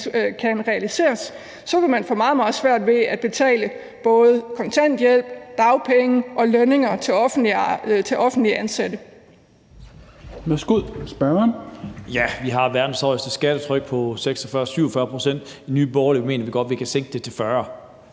kan realiseres, så kunne man få meget, meget svært ved at betale både kontanthjælp, dagpenge og lønninger til offentligt ansatte.